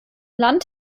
land